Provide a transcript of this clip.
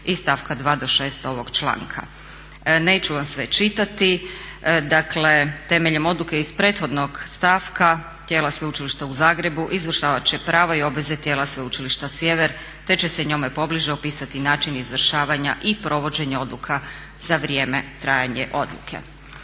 iz stavka 2. do 6. ovog članka. Neću vam sve čitati. Dakle, temeljem odluke iz prethodnog stavka tijela Sveučilišta u Zagrebu izvršavat će prava i obveze tijela Sveučilišta Sjever, te će se njome pobliže opisati način izvršavanja i provođenja odluka za vrijeme trajanja odluke.